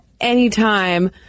anytime